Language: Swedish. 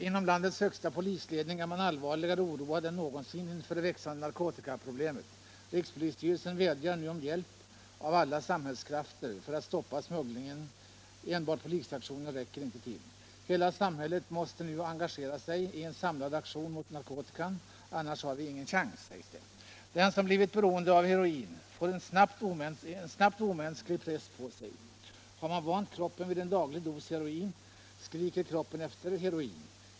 Inom landets högsta polisledning är man allvarligare oroad än någonsin inför det växande narkotikaproblemet. Rikspolisstyrelsen vädjar om hjälp av alla samhällskrafter för att stoppa smugglingen — enbart polisaktioner räcker inte till. Hela samhället måste nu engagera sig i en samlad aktion mot narkotikan, annars har vi ingen chans, sägs det. Den som blivit beroende av heroin får snabbt en omänsklig press på sig. Har man vant kroppen vid en daglig dos heroin, skriker kroppen efter heroin.